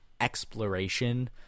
exploration